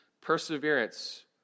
perseverance